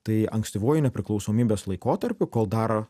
tai ankstyvuoju nepriklausomybės laikotarpiu kol dar